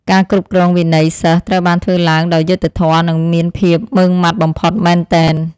ការគ្រប់គ្រងវិន័យសិស្សត្រូវបានធ្វើឡើងដោយយុត្តិធម៌និងមានភាពម៉ឺងម៉ាត់បំផុតមែនទែន។